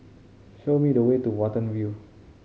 show me the way to Watten View